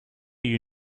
you